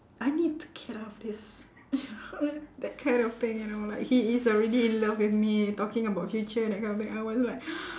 I need to get out of this you know that kind of thing you know like he is already in love with me talking about future and that kind of thing I was like